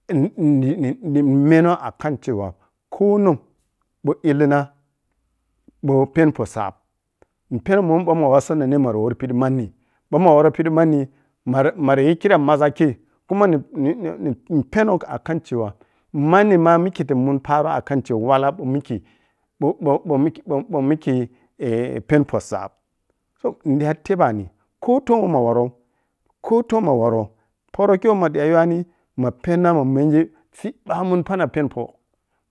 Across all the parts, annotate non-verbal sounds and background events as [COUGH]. [HESITATION] nimenou akancewa kononi ɓou illina ɓou peni poh sab mun pɛni ɓomi makha prrou mbomi makha sannene mara worpidii nanni ɓou makha worri pidi manni ɓou mara-mara yi kiram mazza kei kuma ni-ni-nin pɛnou aka cewa manni mah mikka ta mun paro akan cewa wala ɓou mikkei ɓou-ɓou-ɓou-ɓou makei ɓou-ɓou-ɓou mikkei [HESITATION] peni poh sab toh nidiya tebani kotong woh ma worrou kotong woh ma worrou porokei wei mata yuwani ma penna ma mengi siɓɓamun panam apeni poh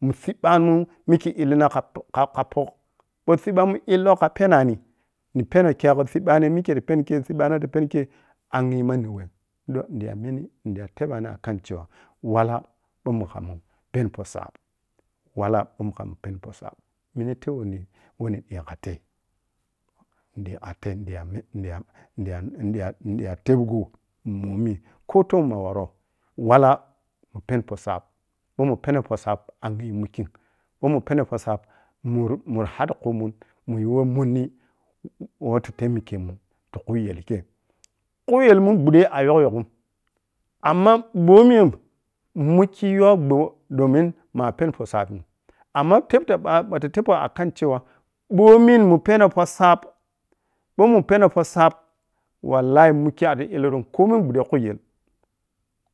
ni siɓɓamun mikkei illina kha ka-khe pohk ɓou siɓɓamun illou kha pɛnani ni pɛnou kegho siɓɓani mikkei ta pɛni kei sibbano ta peni kei angyi manni wem bou nidiya menni nidiya tebani acan cewa wala bou mu khammun pɛni poh sab, wala who mukham ta pɛni sab nidiya tebni woh nidiging kha tei ni diya nidiya-diya tebgho ɓomi kotong ma worrou walla ma peni poh sab ɓou muni pɛno poh sab angyi yi mukkim bou mun pɛmu poh sab muru muru haddi khumun mungu weh monni [HESITATION] mattu temekemu tukhuyel kei khuyel mun ɓudde ayokkya ghom amma ɓomi mukki yow ɓwo domin ma peni poh sabim amma keh ta ɓa bata tebpou akancewa gɓamin mun pɛnou poh sab gɓomi mun penou poh sab wallahi mukki arri illuru’m komin ɓudde khu yel,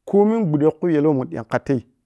komin ɓudde khu yel wei mun digi khate yei.